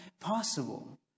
possible